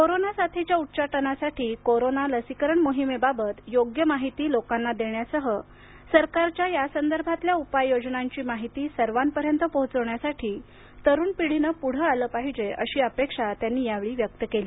corona साथीच्या उच्चाटनासाठी corona लसीकरण मोहिमेबाबत योग्य माहिती लोकांना देण्यासह सरकारच्या या संदर्भातल्या उपाय योजनांची माहिती सर्वांपर्यंत पोहोचवण्यासाठी तरुण पिढीनं प्ढं आलं पाहिजे अशी अपेक्षा त्यांनी या वेळी व्यक्त केली